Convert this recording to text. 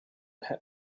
had